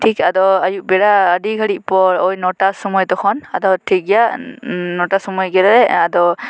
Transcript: ᱴᱷᱤᱠ ᱟᱫᱚ ᱟᱹᱭᱩᱵ ᱵᱮᱲᱟ ᱟᱹᱰᱤ ᱜᱷᱟᱹᱲᱤᱡ ᱯᱚᱨ ᱳᱭ ᱱᱚᱴᱟ ᱥᱳᱢᱳᱭ ᱛᱚᱠᱷᱚᱱ ᱟᱫᱚ ᱟᱫᱚ ᱴᱷᱤᱠ ᱜᱮᱭᱟ ᱱᱚᱴᱟ ᱥᱳᱢᱳᱭ ᱜᱮᱞᱮ ᱟᱫᱚ